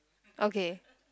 okay